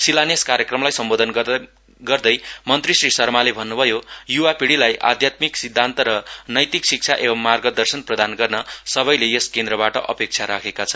शिलान्यास कार्यक्रमलाई सम्बोधन गर्दै मन्त्री श्री शर्माले भन्नुभयो युवा पीढीलाई आध्यात्मको सिद्धान्त र नैतिक शिक्षा एवं मार्गदर्शन प्रदान गर्न सबैले यस केन्द्रबाट अपेक्षा राखेका छन्